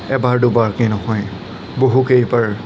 এবাৰ দুবাৰকে নহয় বহু কেইবাৰ